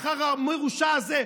שהמסמך המרושע הזה,